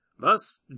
Thus